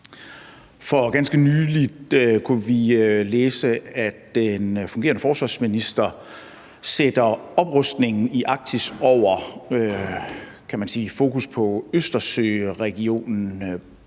For ganske nylig kunne vi læse, at den fungerende forsvarsminister sætter oprustningen i Arktis over, kan man sige, fokus på Østersøregionen.